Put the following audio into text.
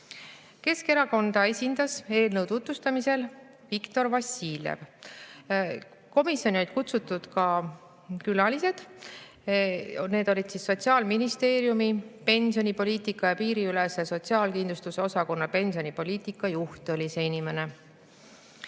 Keskerakonda esindas eelnõu tutvustamisel Viktor Vassiljev. Komisjoni olid kutsutud ka külalised, [näiteks] Sotsiaalministeeriumi pensionipoliitika ja piiriülese sotsiaalkindlustuse osakonna pensionipoliitika juht. Viktor Vassiljev